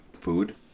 Food